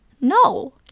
No